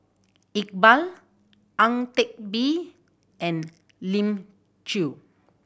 Iqbal Ang Teck Bee and Elim Chew